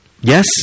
yes